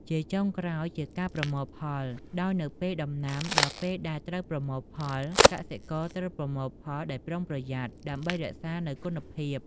ជាចុងក្រោយជាការប្រមូលផល ដោយនៅពេលដំណាំដល់ពេលដែលត្រូវប្រមូលផល កសិករត្រូវប្រមូលផលដោយប្រុងប្រយ័ត្នដើម្បីរក្សានូវគុណភាព។